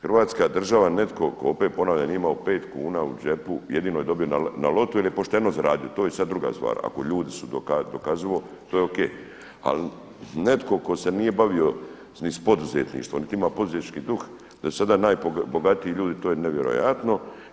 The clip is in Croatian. Hrvatska država netko tko opet ponavljam nije imao pet kuna u džepu jedino je dobio na lotu ili je pošteno zaradio, to je sada druga stvar, ako ljudi su dokazivo to je o.k. ali netko tko se nije bavio ni s poduzetništvom niti ima poduzetnički duh da su sada najbogatiji ljudi to je nevjerojatno.